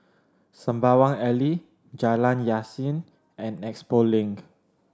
Sembawang Alley Jalan Yasin and Expo Link